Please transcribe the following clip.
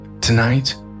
Tonight